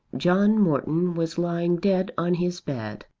john morton was lying dead on his bed,